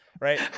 right